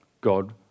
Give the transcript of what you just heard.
God